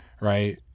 right